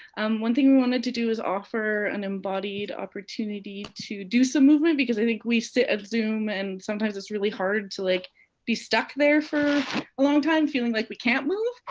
one thing we wanted to do is offer an embodied opportunity to do some movement. because i think we sit at zoom, and sometimes it's really hard to like be stuck there for long time feeling like we can't move.